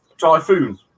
Typhoon